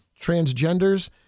transgenders